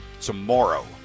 tomorrow